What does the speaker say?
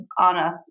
Anna